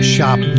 Shop